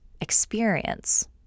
experience